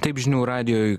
taip žinių radijui